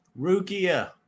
Rukia